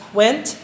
went